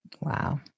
Wow